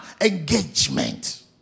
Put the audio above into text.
engagement